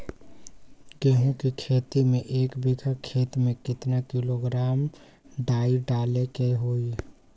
गेहूं के खेती में एक बीघा खेत में केतना किलोग्राम डाई डाले के होई?